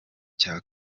cya